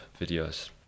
videos